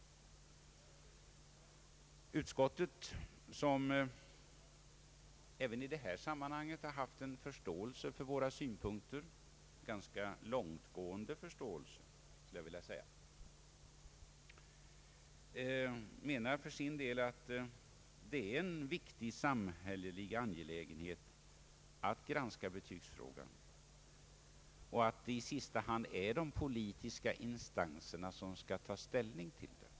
Utskottet har även i detta sammanhang haft en ganska långtgående förståelse för våra synpunkter och menar för sin del att det är en viktig samhällelig angelägenhet att granska betygsfrågan och att det i sista hand är de politiska instanserna som skall ta ställning.